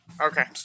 Okay